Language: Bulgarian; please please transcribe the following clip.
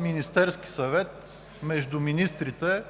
Министерски съвет между министрите.